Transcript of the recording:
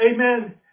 Amen